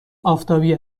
آفتابی